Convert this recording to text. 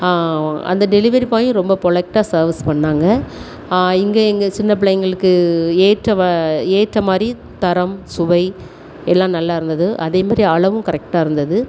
அந்த டெலிவரி பாயும் ரொம்ப பொலைட்டாக சர்வீஸ் பண்ணிணாங்க இங்கே எங்கள் சின்ன பிள்ளைங்களுக்கு ஏற்ற ஏற்றமாதிரி தரம் சுவை எல்லாம் நல்லாயிருந்தது அதே மாதிரி அளவும் கரெக்டாக இருந்தது